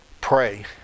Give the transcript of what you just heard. Pray